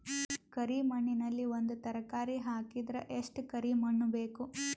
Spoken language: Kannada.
ಕರಿ ಮಣ್ಣಿನಲ್ಲಿ ಒಂದ ತರಕಾರಿ ಹಾಕಿದರ ಎಷ್ಟ ಕರಿ ಮಣ್ಣು ಬೇಕು?